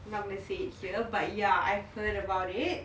ya but I have heard about it